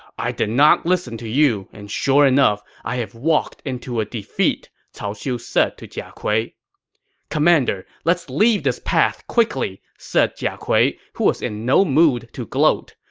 i did not listen to you, and sure enough, i have walked into a defeat, cao xiu said to jia kui commander, let's leave this path quickly, said jia kui, who was in no mood to gloat.